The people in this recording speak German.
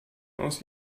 aus